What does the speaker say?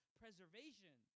preservation